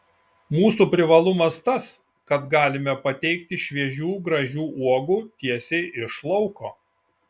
mūsų privalumas tas kad galime pateikti šviežių gražių uogų tiesiai iš lauko